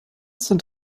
sind